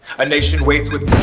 a nation waits with.